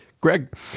Greg